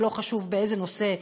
ולא חשוב באיזה נושא,